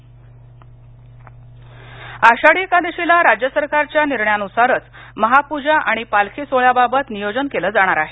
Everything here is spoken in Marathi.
पंढरपूर आषाढी एकादशीला राज्य सरकारच्या निर्णयानुसारच महापूजा आणि पालखी सोहळ्याबाबत नियोजन केलं जाणार आहे